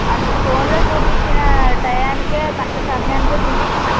అందులో ఫోన్లో చూపించిన టయానికి కరెక్ట్ సమయానికే దించుతున్నారు